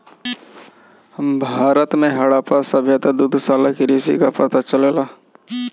भारत में हड़प्पा सभ्यता से दुग्धशाला कृषि कअ पता चलेला